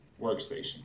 workstation